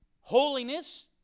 Holiness